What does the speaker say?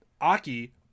Aki